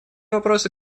вопросы